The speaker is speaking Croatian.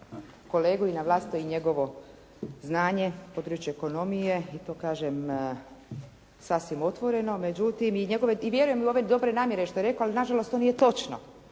kolegu i na vlastito i na njegovo znanje, područje ekonomije i to kažem sasvim otvoreno. Međutim, i njegove, i vjerujem u ove dobre namjere što je rekao, ali na žalost to nije točno.